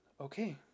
Okay